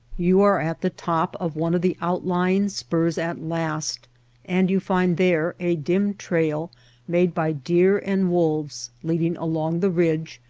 you are at the top of one of the outlying spurs at last and you find there a dim trail made by deer and wolves leading along the ridge,